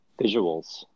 visuals